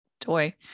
toy